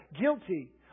guilty